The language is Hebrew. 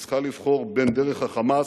שהיא צריכה לבחור בין דרך ה"חמאס"